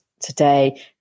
Today